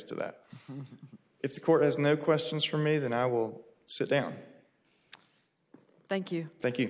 to that if the court has no questions for me then i will sit down thank you thank you